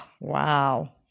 Wow